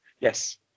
yes